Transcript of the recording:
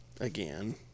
again